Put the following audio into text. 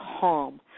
calm